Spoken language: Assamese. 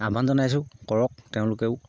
আহ্বান জনাইছোঁ কৰক তেওঁলোকেও